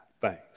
thanks